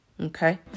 Okay